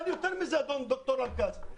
אומר יותר מזה דוקטור אסף.